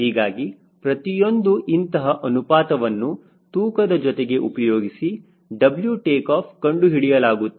ಹೀಗಾಗಿ ಪ್ರತಿಯೊಂದು ಇಂತಹ ಅನುಪಾತವನ್ನು ತೂಕದ ಜೊತೆಗೆ ಉಪಯೋಗಿಸಿ W ಟೇಕಾಫ್ ಕಂಡುಹಿಡಿಯಲಾಗುತ್ತದೆ